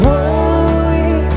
Holy